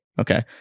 okay